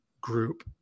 group